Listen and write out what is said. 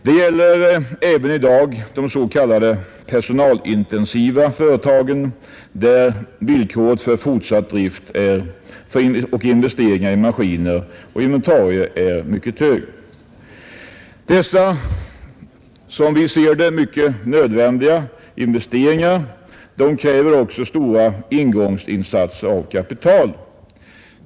Det gäller även de s.k. personalintensiva företagen, där villkoret för fortsatt drift är att investeringen i maskiner och inventarier är mycket omfattande. Dessa enligt vår uppfattning mycket nödvändiga investeringar kräver också stora engångsinsatser av kapital.